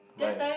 my